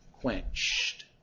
quenched